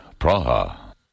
Praha